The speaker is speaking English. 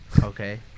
okay